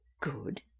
good